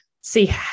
see